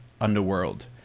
underworld